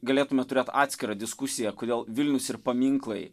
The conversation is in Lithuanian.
galėtume turėt atskirą diskusiją kodėl vilnius ir paminklai